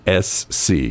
SC